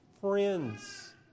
friends